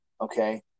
okay